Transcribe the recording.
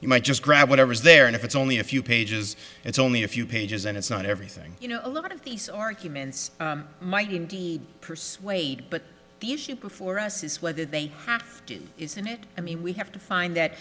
you might just grab whatever is there and if it's only a few pages it's only a few pages and it's not everything you know a lot of these arguments might persuade but the issue before us is whether they have isn't it i mean we have to find that